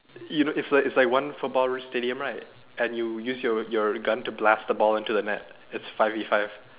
you know is like is like one football stadium right and you use your your gun to blast the ball into the net it's five v five